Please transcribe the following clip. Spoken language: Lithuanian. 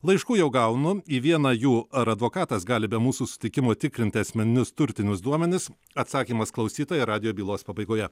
laiškų jau gaunu į vieną jų ar advokatas gali be mūsų sutikimo tikrinti asmeninius turtinius duomenis atsakymas klausytojai radijo bylos pabaigoje